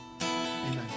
Amen